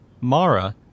Mara